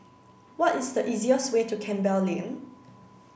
what is the easiest way to Campbell Lane